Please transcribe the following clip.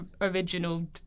original